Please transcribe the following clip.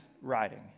writing